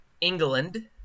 England